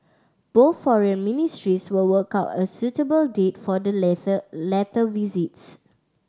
both foreign ministries will work out a suitable date for the latter visits